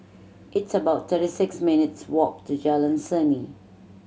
it's about thirty six minutes' walk to Jalan Seni